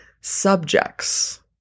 subjects